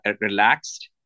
relaxed